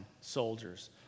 soldiers